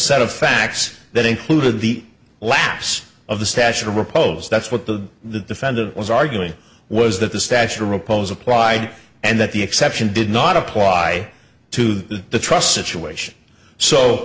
set of facts that included the lapse of the stature repos that's what the defendant was arguing was that the stature repos applied and that the exception did not apply to the trust situation so